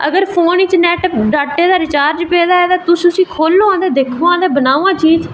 अगर फोन च नेट ते डाटा दा रिचार्ज पेदा ऐ ते खोह्ल्लो हां ते दिक्खो हां ते बनाओ हां चीज़